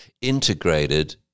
integrated –